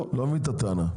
לא מבין את הטענה.